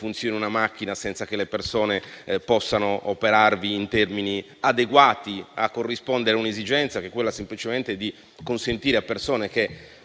funzioni senza che le persone possano operarvi in termini adeguati a corrispondere a un'esigenza che è semplicemente consentire a persone che